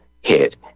hit